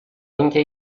اینکه